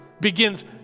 begins